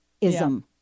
ism